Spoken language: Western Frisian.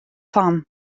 fan